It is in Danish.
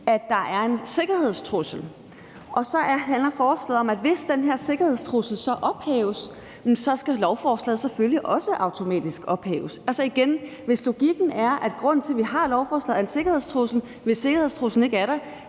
at der er en sikkerhedstrussel. Forslaget handler så om, at hvis den her sikkerhedstrussel ophæves, skal lovforslaget selvfølgelig også automatisk ophæves. Altså, hvis logikken er, at grunden til, at vi har lovforslaget, er en sikkerhedstrussel, så er det da logisk at